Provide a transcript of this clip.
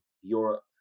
Europe